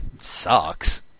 Sucks